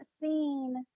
seen